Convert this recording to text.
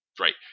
right